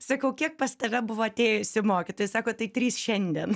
sakau kiek pas tave buvo atėjusių mokytojų sako tik trys šiandien